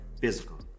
Physical